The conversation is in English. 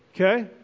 okay